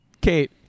Kate